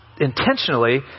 intentionally